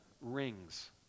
rings